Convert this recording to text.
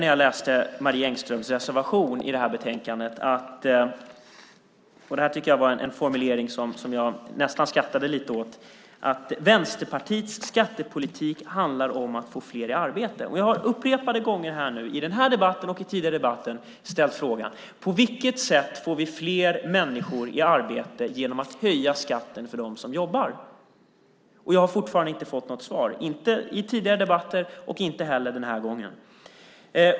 När jag läste Marie Engströms reservation i betänkandet noterade jag - en formulering som jag nästan lite grann skrattade åt - att Vänsterpartiets skattepolitik handlar om att få fler i arbete. Upprepade gånger både i den här debatten och i tidigare debatter har jag ställt frågan: På vilket sätt får vi fler människor i arbete genom att höja skatten för dem som jobbar? Fortfarande har jag inte fått något svar, inte i tidigare debatter och inte heller den här gången.